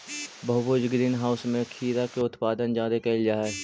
बहुभुज greenhouse में खीरा के उत्पादन जादे कयल जा हई